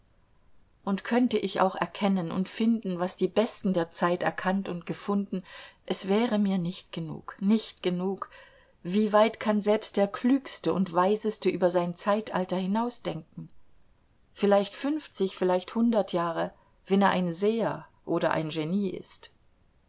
und könnte ich auch erkennen und finden was die besten der zeit erkannt und gefunden es wäre mir nicht genug nicht genug wie weit kann selbst der klügste und weiseste über sein zeitalter hinausdenken vielleicht fünfzig vielleicht hundert jahre wenn er ein seher oder ein genie ist